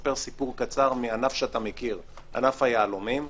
שאספר סיפר קצר מענף שאתה מכיר, ענף היהלומים.